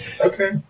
Okay